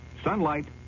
sunlight